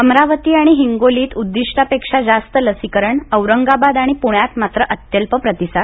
अमरावती आणि हिंगोलीत उद्दिष्टापेक्षा जास्त लसीकरण औरंगाबाद आणि पुण्यात मात्र अत्यल्प प्रतिसाद